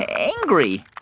angry?